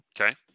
Okay